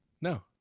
No